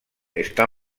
está